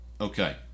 Okay